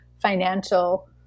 financial